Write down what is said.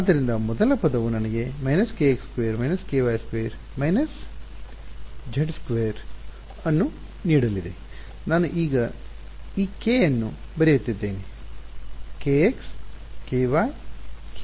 ಆದ್ದರಿಂದ ಮೊದಲ ಪದವು ನನಗೆ − kx2 − ky2 − kz2 ಅನ್ನು ನೀಡಲಿದೆ ನಾನು ಈ k ಅನ್ನು ಬರೆಯುತ್ತಿದ್ದೇನೆ ವಿದ್ಯಾರ್ಥಿ k x k y k z